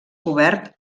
cobert